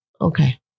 Okay